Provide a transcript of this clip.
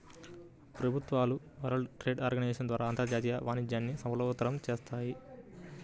ప్రభుత్వాలు world trade organisation ద్వారా అంతర్జాతీయ వాణిజ్యాన్ని సులభతరం చేత్తాయి